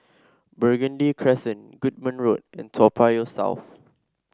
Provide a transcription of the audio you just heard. Burgundy Crescent Goodman Road and Toa Payoh South